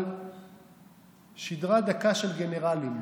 על שדרה דקה של גנרלים,